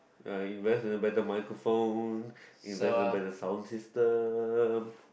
uh invest in a better microphone invest in a better sound system